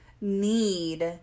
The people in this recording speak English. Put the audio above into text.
need